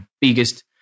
biggest